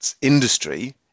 industry